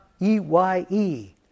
EYE